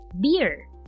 beer